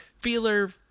feeler